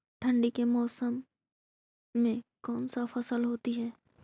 ठंडी के मौसम में कौन सा फसल होती है?